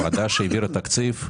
ועדה שהעבירה תקציב,